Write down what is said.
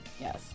Yes